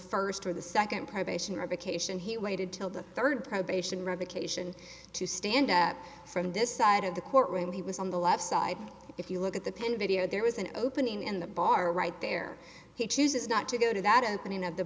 first or the second probation revocation he waited till the third probation revocation to stand up from this side of the courtroom he was on the left side if you look at the penn video there was an opening in the bar right there he chooses not to go to that opening of the